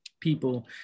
people